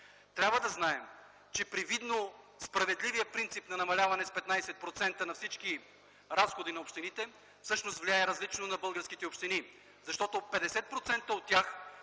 Трябва да знаем, че привидно справедливият принцип на намаляване с 15% на всички разходи на общините всъщност влияе различно на българските общини, защото в 50% от тях